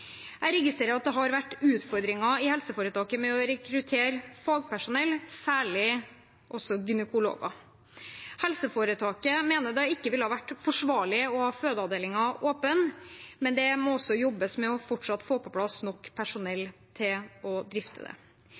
Jeg registrerer at det har vært utfordringer i helseforetaket med å rekruttere fagpersonell, særlig gynekologer. Helseforetaket mener det ikke ville ha vært forsvarlig å ha fødeavdelingen åpen. Det må fortsatt jobbes med å få på plass nok personell til å drifte den. Jeg vil avslutningsvis si at det